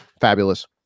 fabulous